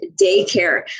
daycare